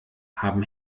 haben